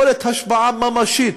יכולת השפעה ממשית,